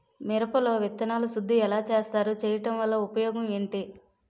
మిరప లో విత్తన శుద్ధి ఎలా చేస్తారు? చేయటం వల్ల ఉపయోగం ఏంటి?